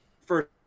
first